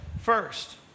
first